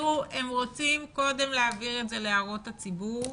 הם רוצים קודם להעביר את זה להערות הציבור